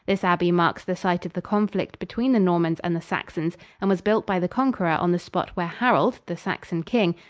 this abbey marks the site of the conflict between the normans and the saxons and was built by the conqueror on the spot where harold, the saxon king,